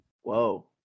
Whoa